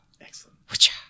Excellent